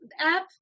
app